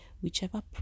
whichever